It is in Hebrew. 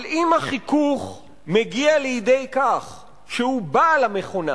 אבל אם החיכוך מגיע לידי כך שהוא בעל המכונה,